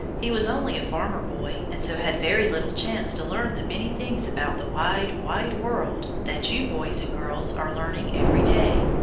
he was only a farmer boy and so had very little chance to learn the many things about the wide, wide world that you boys and girls are learning every day.